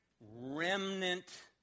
remnant